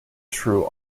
true